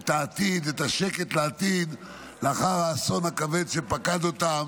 את השקט לעתיד לאחר האסון הכבד שפקד אותם.